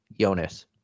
Jonas